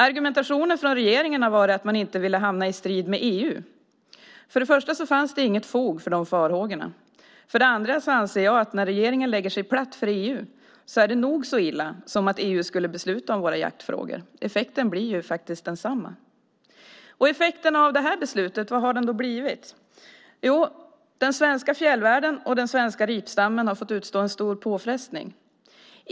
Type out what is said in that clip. Argumentationen från regeringen var att man inte ville hamna i strid med EU. För det första fanns det inget fog för sådana farhågor. För det andra anser jag att när regeringen lägger sig platt för EU är det lika illa som att EU skulle besluta om våra jaktfrågor. Effekten blir densamma. Vad har effekten av detta beslut blivit? Jo, den svenska fjällvärlden och ripstammen har fått utstå stora påfrestningar.